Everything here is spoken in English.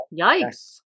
Yikes